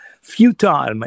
futile